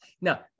Now